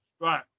Right